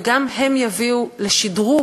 וגם הם יביאו לשדרוג,